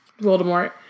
Voldemort